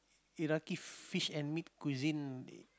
Iraqi fish and meat cuisine